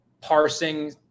parsing